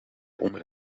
onder